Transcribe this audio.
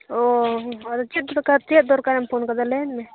ᱚᱻ ᱟᱫᱚ ᱫᱚᱨᱠᱟᱨ ᱫᱚᱨᱠᱟᱨ ᱪᱮᱫ ᱫᱚᱨᱠᱟᱨᱮᱢ ᱯᱷᱳᱱᱟᱠᱟᱫᱟ ᱞᱟᱹᱭ ᱢᱮ